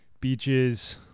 beaches